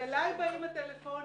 אלי באים הטלפונים,